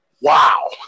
wow